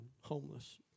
homeless